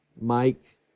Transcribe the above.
Mike